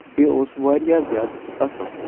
تہٕ بیٚیہِ اوس واریاہ زیادٕ اَصٕل